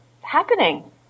happening